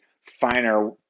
finer